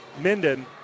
Minden